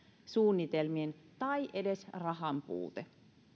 suunnitelmien tai edes rahan puute